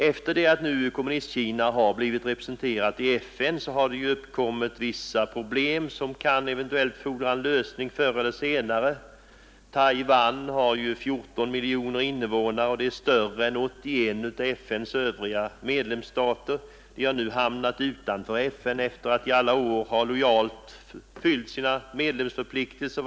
Efter det att Kommunistkina nu blivit representerat i FN har det uppkommit vissa problem som eventuellt kan fordra en lösning förr eller senare. Taiwan har 14 miljoner invånare och är större än 81 av FN:s övriga medlemsstater. Det har nu hamnat utanför FN efter att i alla år lojalt fyllt sina medlemsförpliktelser.